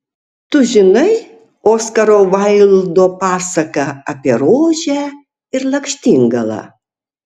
tu žinai oskaro vaildo pasaką apie rožę ir lakštingalą